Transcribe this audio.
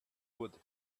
wood